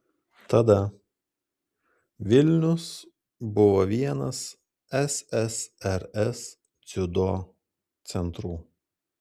tada vilnius buvo vienas ssrs dziudo centrų